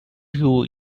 you